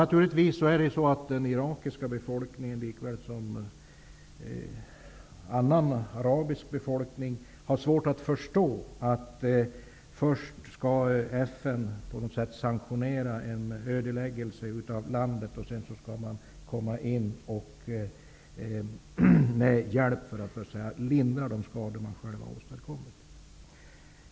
Naturligtvis har den irakiska befolkningen liksom annan arabisk befolkning svårt att förstå att FN först sanktionerar en ödeläggelse av landet och sedan ger hjälp för att lindra de skador som man har åstadkommit.